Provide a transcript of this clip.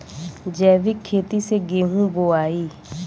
जैविक खेती से गेहूँ बोवाई